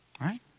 Right